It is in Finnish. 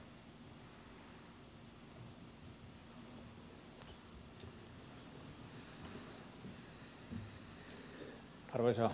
erinomaisia puheenvuoroja